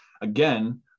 again